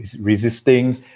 resisting